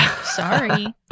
Sorry